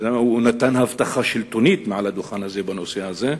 הוא נתן הבטחה שלטונית מעל הדוכן הזה בנושא הזה.